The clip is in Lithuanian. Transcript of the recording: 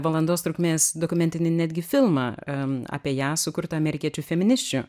valandos trukmės dokumentinį netgi filmą apie ją sukurtą amerikiečių feminisčių